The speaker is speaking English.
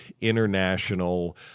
international